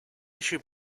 should